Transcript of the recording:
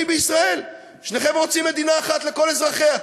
בישראל: שניכם רוצים מדינה אחת לכל אזרחיה.